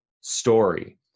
story